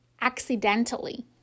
accidentally